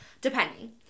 depending